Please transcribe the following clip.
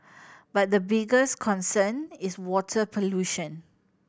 but the biggest concern is water pollution